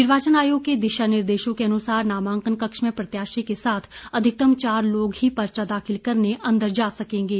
निर्वाचन आयोग के दिशा निर्देशों के अनुसार नामांकन कक्ष में प्रत्याशी के साथ अधिकतम चार लोग ही पर्चा दाखिल करने अंदर जा सकेंगे